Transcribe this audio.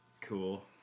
cool